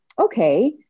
okay